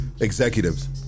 Executives